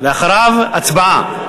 ואחריו, הצבעה.